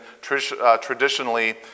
traditionally